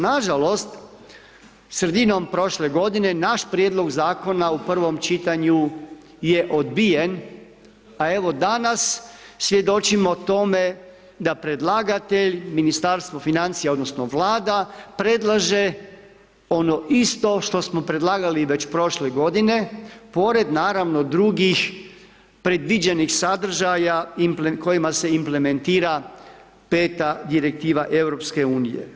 Nažalost, sredinom prošle godine naš prijedlog zakona u prvom čitanju je odbijen, a evo danas svjedočimo tome da predlagatelj Ministarstvo financija odnosno Vlada predlaže ono isto što smo predlagali već prošle godine, pored naravno drugih predviđenih sadržaja, kojim se implementira 5. Direktiva EU.